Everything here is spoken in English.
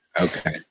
Okay